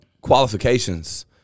qualifications